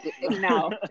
No